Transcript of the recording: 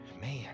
man